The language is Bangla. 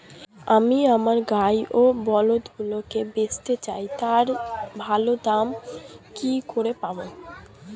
আমি আমার গাই ও বলদগুলিকে বেঁচতে চাই, তার ভালো দাম কি করে পাবো?